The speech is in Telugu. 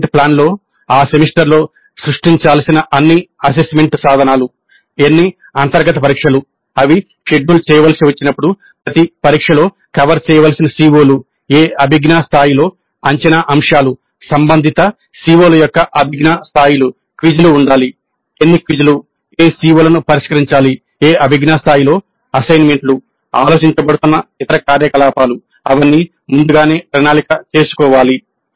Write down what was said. అసెస్మెంట్ ప్లాన్లో ఆ సెమిస్టర్లో సృష్టించాల్సిన అన్ని అసెస్మెంట్ సాధనాలు ఎన్ని అంతర్గత పరీక్షలు అవి షెడ్యూల్ చేయవలసి వచ్చినప్పుడు ప్రతి పరీక్షలో కవర్ చేయవలసిన CO లు ఏ అభిజ్ఞా స్థాయిలో అంచనా అంశాలు సంబంధిత CO ల యొక్క అభిజ్ఞా స్థాయిలు క్విజ్లు ఉండాలి ఎన్ని క్విజ్లు ఏ CO లను పరిష్కరించాలి ఏ అభిజ్ఞా స్థాయిలలో అసైన్మెంట్లు ఆలోచించబడుతున్న ఇతర కార్యకలాపాలు అవన్నీ ముందుగానే ప్రణాళిక చేసుకోవాలి